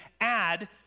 add